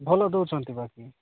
ଭଲ ଦଉଛନ୍ତି ବାକି